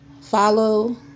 Follow